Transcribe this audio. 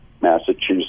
Massachusetts